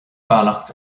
beannacht